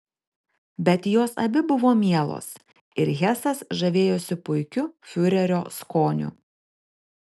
bet jos abi buvo mielos ir hesas žavėjosi puikiu fiurerio skoniu